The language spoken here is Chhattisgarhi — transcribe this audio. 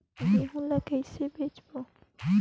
गहूं ला कइसे बेचबो?